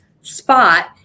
spot